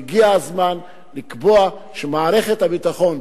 והגיע הזמן לקבוע שמערכת הביטחון,